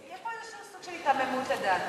יש פה איזו סוג של היתממות, לדעתי.